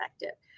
effective